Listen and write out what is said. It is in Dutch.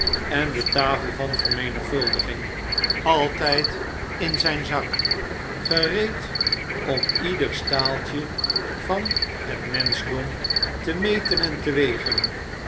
en de tafel van vermenigvuldiging altijd in zijn zak gereed om ieder staaltje van het menschdom te meten en te wegen